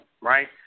right